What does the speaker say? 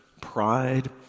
pride